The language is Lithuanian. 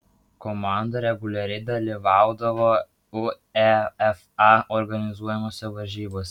komanda reguliariai dalyvaudavo uefa organizuojamose varžybose